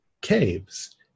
caves